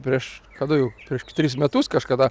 prieš kada jau priešk tris metus kažkada